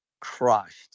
crushed